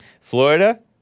Florida